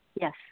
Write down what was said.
Yes